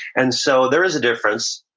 and so there is a difference,